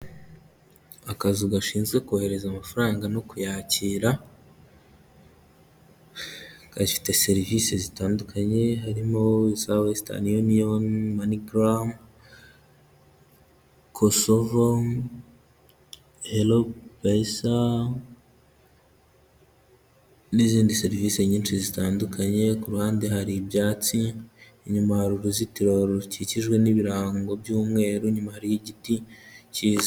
Akazu gashinzwe kohereza amafaranga no kuyakira, gafite serivise zitandukanye harimo iza wesitini yuniyoni, mani garamu, kosovo, hero pesa, n'izindi serivisi nyinshi zitandukanye, ku ruhande hari ibyatsi, inyuma hari uruzitiro rukikijwe n'ibirango by'umweru, inyuma hariyo igiti cyiza.